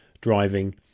driving